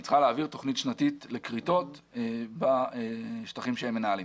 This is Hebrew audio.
היא צריכה להעביר תוכנית שנתית לכריתות בשטחים שהם מנהלים.